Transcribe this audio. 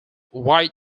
white